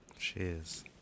Cheers